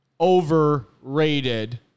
Overrated